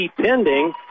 pending